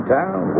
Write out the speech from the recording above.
town